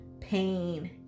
pain